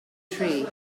tree